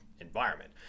environment